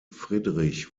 friedrich